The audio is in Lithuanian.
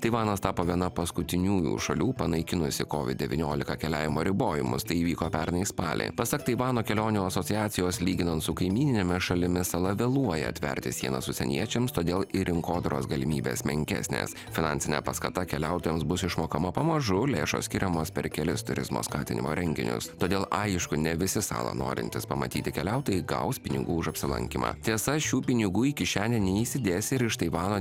taivanas tapo viena paskutiniųjų šalių panaikinusi covid devyniolika keliavimo ribojimus tai įvyko pernai spalį pasak taivano kelionių asociacijos lyginant su kaimyninėmis šalimis sala vėluoja atverti sienas užsieniečiams todėl ir rinkodaros galimybės menkesnės finansinė paskata keliautojams bus išmokama pamažu lėšos skiriamos per kelis turizmo skatinimo renginius todėl aišku ne visi salą norintys pamatyti keliautojai gaus pinigų už apsilankymą tiesa šių pinigų į kišenę neįsidėsi ir iš taivano